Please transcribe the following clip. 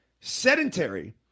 sedentary